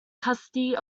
custody